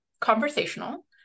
conversational